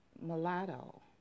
mulatto